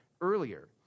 earlier